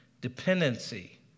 Dependency